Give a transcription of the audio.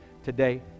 today